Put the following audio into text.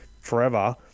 forever